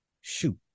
shoot